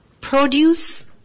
produce